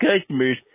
customers